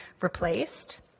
replaced